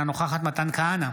אינה נוכחת מתן כהנא,